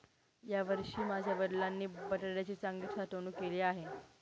यावर्षी माझ्या वडिलांनी बटाट्याची चांगली साठवणूक केली आहे